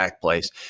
place